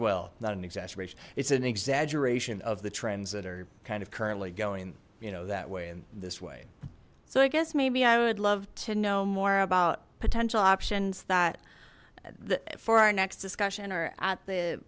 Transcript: well not an exacerbation it's an exaggeration of the trends that are kind of currently going you know that way in this way so i guess maybe i would love to know more about potential options that for our next discussion or at the